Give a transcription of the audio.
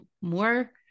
more